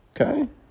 Okay